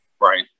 Right